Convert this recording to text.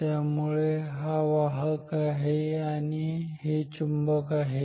त्यामुळे वाहक आहे आणि हे चुंबक आहे